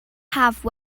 haf